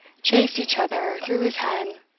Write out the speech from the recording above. chased each other through his head,